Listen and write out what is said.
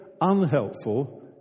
unhelpful